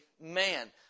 man